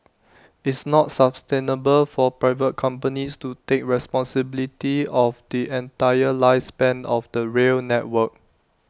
it's not sustainable for private companies to take responsibility of the entire lifespan of the rail network